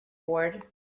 bored